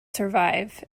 survive